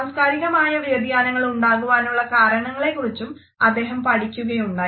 സാംസാകാരികമായ വ്യതിയാനങ്ങൾ ഉണ്ടാകുവാനുള്ള കരണങ്ങളെക്കുറിച്ചും അദ്ദേഹം പഠിക്കുകയുണ്ടായി